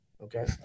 Okay